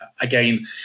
again